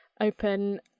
open